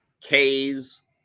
k's